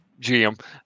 gm